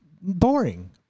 boring